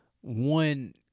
one